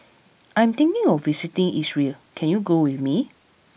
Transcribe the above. I am thinking of visiting Israel can you go with me